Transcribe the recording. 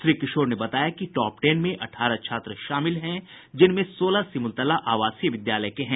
श्री किशोर ने बताया कि टॉप टेन में अठारह छात्र शामिल हैं जिनमें सोलह सिमुलतला आवासीय विद्यालय के हैं